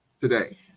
today